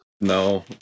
No